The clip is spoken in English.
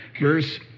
Verse